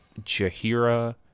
Jahira